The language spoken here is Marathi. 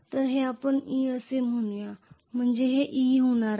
तर हे आपण e असे म्हणू या म्हणजे हे e होणार आहे